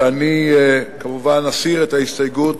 ואני כמובן אסיר את ההסתייגות,